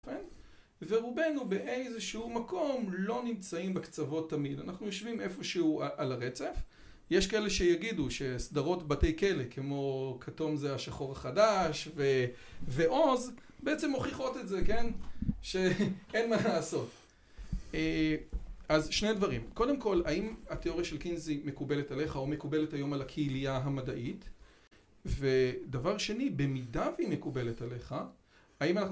ורובנו באיזשהו מקום לא נמצאים בקצוות תמיד. אנחנו יושבים איפשהו על הרצף, יש כאלה שיגידו שסדרות בתי כלא כמו כתום זה השחור החדש ועוז בעצם הוכיחות את זה שאין מה לעשות. אז שני דברים. קודם כל, האם התיאוריה של קינזי מקובלת עליך או מקובלת היום על הקהילה המדעית? ודבר שני, במידה והיא מקובלת עליך?